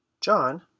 John